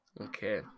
Okay